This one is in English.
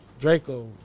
draco